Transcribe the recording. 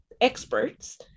experts